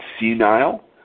senile